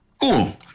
Cool